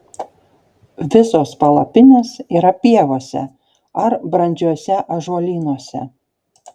visos palapinės yra pievose ar brandžiuose ąžuolynuose